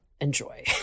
enjoy